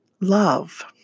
love